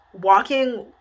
walking